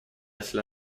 cela